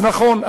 אז נכון,